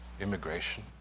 immigration